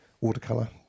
watercolor